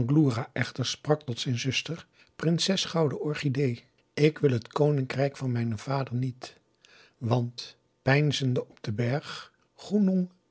sprak tot zijn zuster prinses gouden orchidee ik wil het koninkrijk van mijnen vader niet want peinzende op den berg